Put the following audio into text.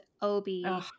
Obi